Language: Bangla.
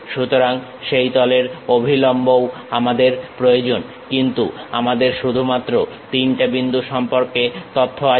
সুতরাং সেই তলের অভিলম্বও আমাদের প্রয়োজন কিন্তু আমাদের শুধুমাত্র তিনটে বিন্দু সম্পর্কে তথ্য আছে